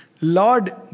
Lord